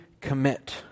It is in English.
commit